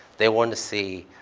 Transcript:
they want to see,